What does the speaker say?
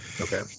Okay